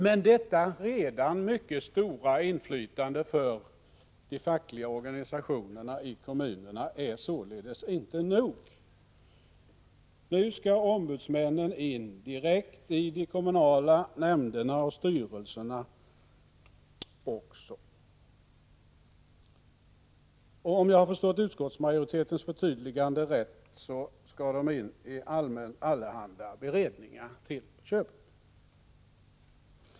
Men detta redan mycket stora inflytande för de fackliga organisationerna i kommunerna är således inte nog — nu skall ombudsmännen in direkt i de kommunala nämnderna och styrelserna också. Om jag har förstått utskottsmajoritetens förtydligande rätt skall de in i allehanda beredningar till på köpet.